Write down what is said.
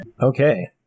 Okay